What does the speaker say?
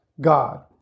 God